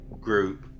group